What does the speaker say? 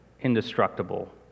indestructible